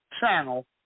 channel